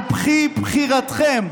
על פי בחירתכם,